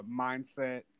mindset